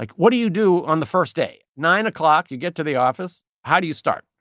like what do you do on the first day? nine o'clock, you get to the office. how do you start?